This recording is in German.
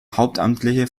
hauptamtliche